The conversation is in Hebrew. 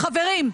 חברים,